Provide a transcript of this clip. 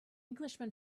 englishman